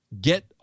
get